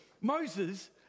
Moses